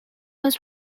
was